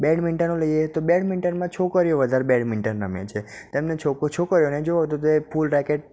બેડમિન્ટનો લઈએ તો બેડમિન્ટનમાં છોકરીઓ વધારે બેડમિન્ટન રમે છે તેમને છોકરીઓને જુઓ તો તે ફૂલ રેકેટ